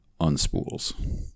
unspools